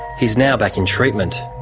he's now back in treatment.